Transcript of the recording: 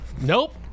Nope